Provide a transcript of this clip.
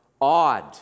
odd